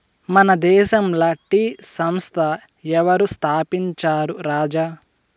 మన దేశంల టీ సంస్థ ఎవరు స్థాపించారు రాజా